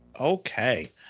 Okay